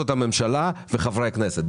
זאת הממשלה וחברי הכנסת.